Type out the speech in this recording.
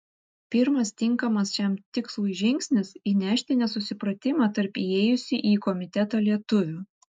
pirmas tinkamas šiam tikslui žingsnis įnešti nesusipratimą tarp įėjusių į komitetą lietuvių